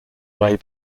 way